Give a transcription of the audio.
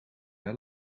wel